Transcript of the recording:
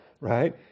right